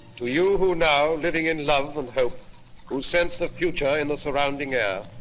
to you who now living in love and hope, who sense a future in the surrounding air,